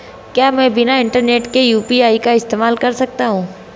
क्या मैं बिना इंटरनेट के यू.पी.आई का इस्तेमाल कर सकता हूं?